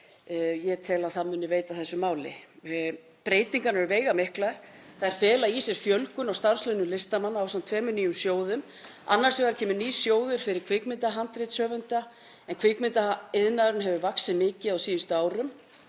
ég tel að hann muni veita þessu máli. Breytingar eru veigamiklar. Þær fela í sér fjölgun á starfslaunum listamanna ásamt tveimur nýjum sjóðum. Annars vegar kemur nýr sjóður fyrir kvikmyndahandritshöfunda, en kvikmyndaiðnaðurinn hefur vaxið mikið á síðustu árum,